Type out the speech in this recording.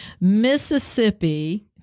Mississippi